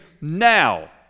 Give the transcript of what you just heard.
now